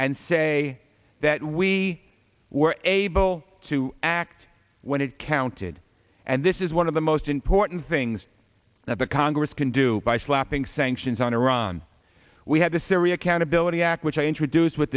and say that we were able to act when it counted and this is one of the most important things that the congress can do by slapping sanctions on iran we had the syria accountability act which i introduced with